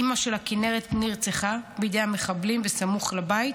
אימא שלה, כנרת, נרצחה בידי המחבלים סמוך לבית.